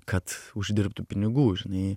kad uždirbtų pinigų žinai